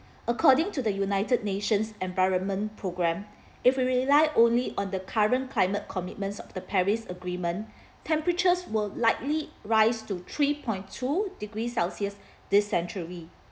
according to the united nations environment programme if we rely only on the current climate commitments of the Paris agreement temperatures will likely rise to three point two degrees celsius this century